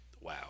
wow